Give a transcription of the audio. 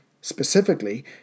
specifically